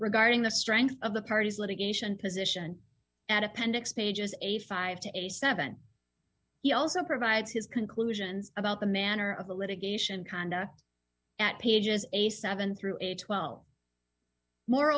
regarding the strength of the parties litigation position at appendix pages eighty five to eighty seven he also provides his conclusions about the manner of the litigation conduct at pages a seven through twelve more